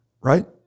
Right